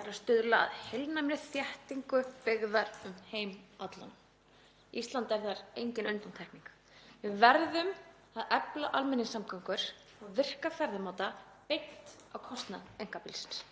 er að stuðla að heilnæmri þéttingu byggðar um heim allan og Ísland er þar engin undantekning. Við verðum að efla almenningssamgöngur og virka ferðamáta beint á kostnað einkabílsins.